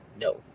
No